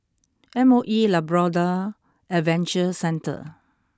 M O E Labrador Adventure Centre